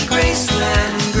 Graceland